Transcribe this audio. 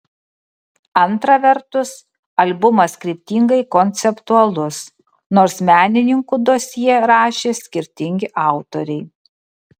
antra vertus albumas kryptingai konceptualus nors menininkų dosjė rašė skirtingi autoriai